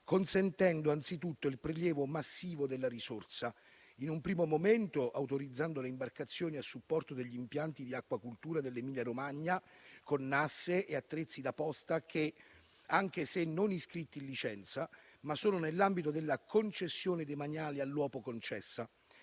consentendo anzitutto il prelievo massivo della risorsa, in un primo momento autorizzando le imbarcazioni a supporto degli impianti di acquacoltura dell'Emilia Romagna con nasse e attrezzi da posta che, anche se non iscritti in licenza, sono nell'ambito della concessione demaniale all'uopo concessa.